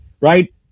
right